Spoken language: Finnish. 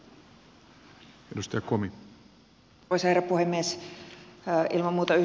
arvoisa herra puhemies